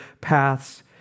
paths